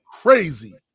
crazy